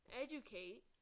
educate